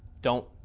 don't.